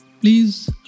Please